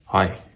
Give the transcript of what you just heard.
Hi